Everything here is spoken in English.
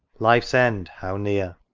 life's end how near!